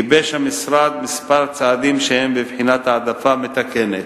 גיבש המשרד כמה צעדים שהם בבחינת העדפה מתקנת.